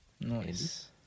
Nice